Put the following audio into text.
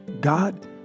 God